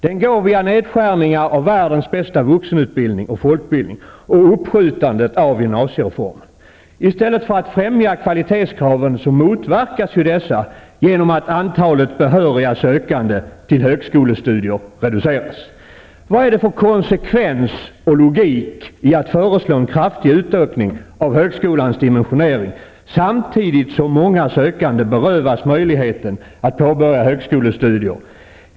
Den går via nedskärningar av världens bästa vuxenutbildning och folkbildning och uppskjutande av gymnasiereformen. I stället för att främja kvalitetskraven motverkas ju dessa genom att antalet behöriga sökande till högskolestudier reduceras. Vad är det för konsekvens och logik i att föreslå en kraftig utökning av högskolans dimensionering, samtidigt som många sökande berövas möjligheten att påbörja högskolestudier?